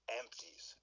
empties